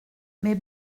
mais